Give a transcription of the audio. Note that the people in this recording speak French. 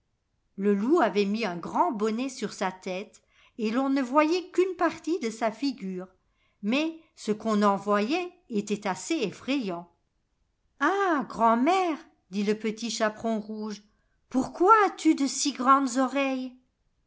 le loup avait mis un grand bonnet sur sa tète et l'on ne voyait qu'une partie de sa ligure mais ce qu'on en voyait était assez effrayant ah i grand'mère dit le petit chaperon rougo pourquoi as-tu de si grandes oreilles